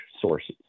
sources